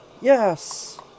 Yes